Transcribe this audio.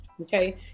Okay